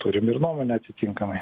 turim ir nuomonę atitinkamai